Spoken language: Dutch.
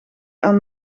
aan